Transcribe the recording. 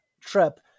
trip